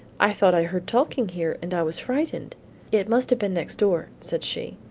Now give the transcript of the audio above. i thought i heard talking here and i was frightened it must have been next door said she.